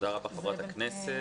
תודה רבה לחברת הכנסת,